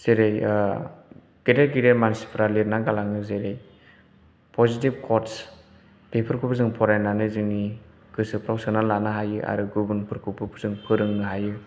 जेरै गेदेर गेदेर मानसिफोरा लिरना गालाङो जेरै पजिटिभ क्व'त्स बेफोरखौबो जों फरायनानै जोंनि गोसोफोराव सोनानै लानो हायो आरो गुबुनफोरखौबो जों फोरोंनो हायो